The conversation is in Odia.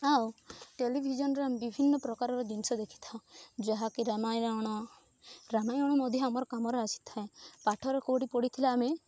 ଆଉ ଟେଲିଭିଜନରେ ବିଭିନ୍ନ ପ୍ରକାରର ଜିନିଷ ଦେଖିଥାଉ ଯାହାକି ରାମାୟଣ ରାମାୟଣ ମଧ୍ୟ ଆମର କାମରେ ଆସିଥାଏ ପାଠରେ କେଉଁଠି ପଢ଼ିଥିଲେ ଆମେ